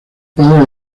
padres